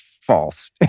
false